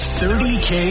30k